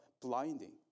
blinding